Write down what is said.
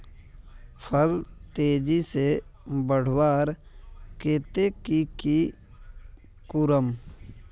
फल तेजी से बढ़वार केते की की करूम?